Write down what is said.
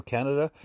Canada